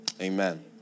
Amen